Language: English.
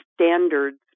Standards